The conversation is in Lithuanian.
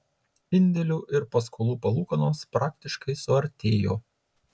indėlių ir paskolų palūkanos praktiškai suartėjo